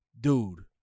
dude